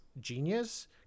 genius